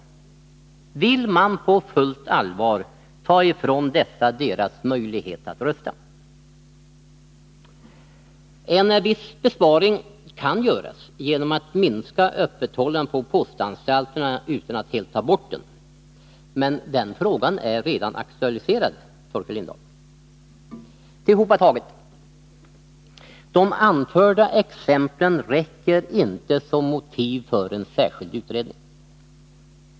Vill 14 juni 1981 man på fullt allvar ta ifrån dessa deras möjlighet att rösta? En viss besparing kan göras genom att minska öppethållandet på postanstalterna utan att helt ta bort den möjligheten att rösta — men denna fråga är redan aktualiserad. Tillhopataget räcker inte de anförda exemplen som motiv för en särskild utredning.